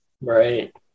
Right